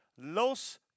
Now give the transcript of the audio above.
Los